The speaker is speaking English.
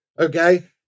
Okay